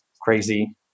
crazy